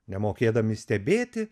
nemokėdami stebėti